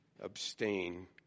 Abstain